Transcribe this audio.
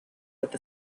with